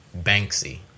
Banksy